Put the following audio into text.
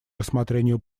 рассмотрению